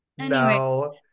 No